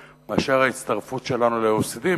מרחיבה מאשר ההצטרפות שלנו ל-OECD,